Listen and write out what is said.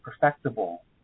perfectible